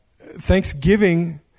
Thanksgiving